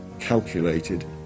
calculated